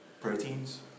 proteins